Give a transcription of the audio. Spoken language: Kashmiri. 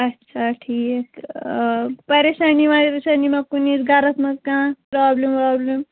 اچھا ٹھیٖک پریشٲنی وَریشٲنی ما کُنی گَرَس منٛز کانٛہہ پرابلِم ورابلِم